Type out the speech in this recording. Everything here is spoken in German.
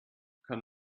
kann